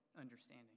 understanding